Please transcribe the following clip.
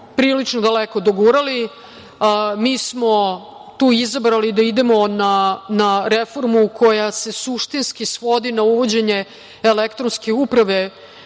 prilično daleko dogurali. Mi smo tu izabrali da idemo na reformu koja se suštinski svodi na uvođenje elektronske uprave